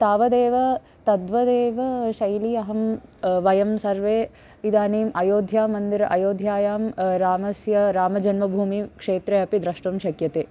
तावदेव तद्वदेव शैली अहं वयं सर्वे इदानीम् अयोध्यामन्दिरम् अयोध्यायां रामस्य रामजन्मभूमिक्षेत्रे अपि द्रष्टुं शक्यते